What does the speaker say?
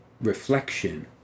reflection